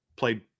played